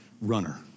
runner